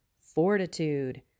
Fortitude